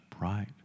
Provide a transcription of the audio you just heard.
right